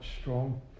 strong